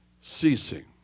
ceasing